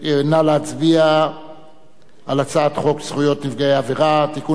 נא להצביע על הצעת חוק זכויות נפגעי עבירה (תיקון,